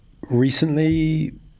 recently